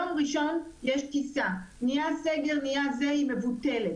ביום ראשון יש טיסה, יש סגר והיא מבוטלת.